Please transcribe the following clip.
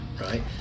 right